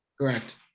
Correct